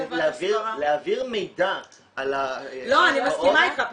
להעביר מידע על ה --- אני מסכימה איתך,